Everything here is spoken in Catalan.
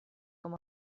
com